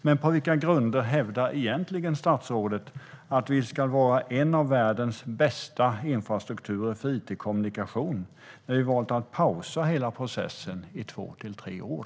Men på vilka grunder hävdar statsrådet att vi ska ha en av världen bästa infrastrukturer för it-kommunikation när vi har valt att pausa hela processen i två till tre år?